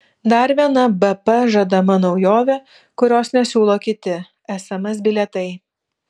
dar viena bp žadama naujovė kurios nesiūlo kiti sms bilietai